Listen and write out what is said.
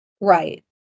Right